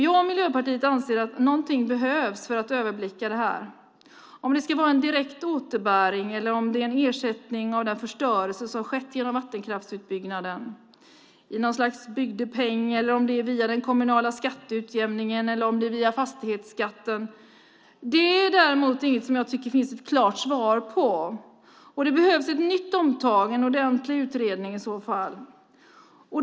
Jag och Miljöpartiet anser att någonting behövs för att överblicka det här. Om det ska vara en direkt återbäring eller en ersättning för den förstörelse som har skett genom vattenkraftsutbyggnaden i något slags bygdepeng, om det ska gå via den kommunala skatteutjämningen eller via fastighetsskatten är däremot inget som jag tycker att det finns ett klart svar på. Det behövs i så fall en ny ordentlig utredning.